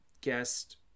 guest